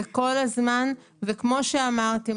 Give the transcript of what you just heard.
וכמו שאמרתי,